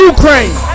Ukraine